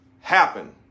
happen